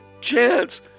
chance